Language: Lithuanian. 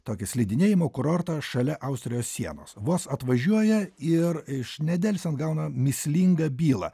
tokį slidinėjimo kurortą šalia austrijos sienos vos atvažiuoja ir iš nedelsiant gauna mįslingą bylą